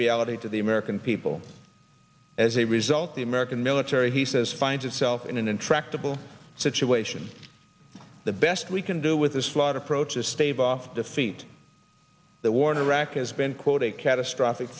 reality to the american people as a result the american military he says finds itself in an intractable situation the best we can do with the slot approach is stave off defeat the war in iraq has been quote a catastrophic